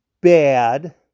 bad